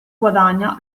guadagna